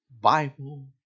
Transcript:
Bible